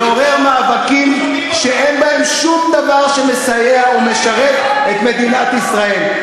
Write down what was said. לעורר מאבקים שאין בהם שום דבר שמסייע ומשרת את מדינת ישראל.